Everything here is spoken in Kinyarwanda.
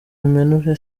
impenure